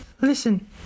Listen